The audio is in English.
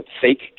fake